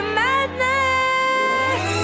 madness